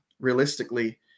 Realistically